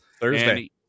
Thursday